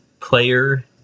player